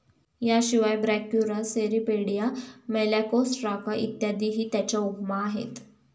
याशिवाय Brachyura, Cirripedia, Malacostraca इत्यादीही त्याच्या उपमा आहेत